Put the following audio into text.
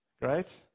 Great